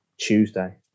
Tuesday